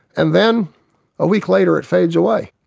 and then a week later it fades away.